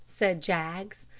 said jaggs.